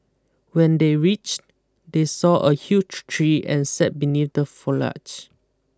when they reached they saw a huge tree and sat beneath the foliage